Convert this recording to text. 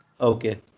Okay